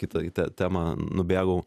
kitą temą nubėgau